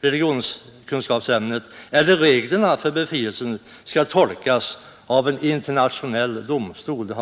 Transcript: religionskunskapsämnet eller reglerna för befrielse skall tolkas av en internationell domstol.